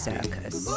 Circus